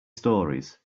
stories